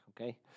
okay